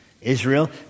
Israel